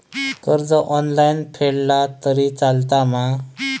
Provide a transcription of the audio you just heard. कर्ज ऑनलाइन फेडला तरी चलता मा?